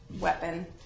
weapon